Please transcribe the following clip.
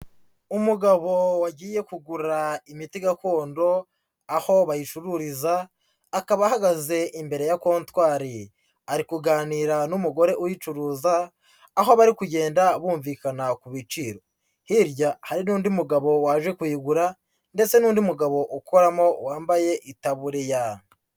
Umugabo wagiye kugura imiti gakondo aho bayicururiza akaba ahagaze imbere ya kontwari, ari kuganira n'umugore uyicuruza aho bari kugenda bumvikana ku biciro, hirya hari n'undi mugabo waje kuyigura ndetse n'undi mugabo ukoramo wambaye itaburiya.